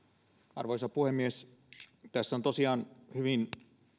arvoisa puhemies tässä on tosiaan kysymys hyvin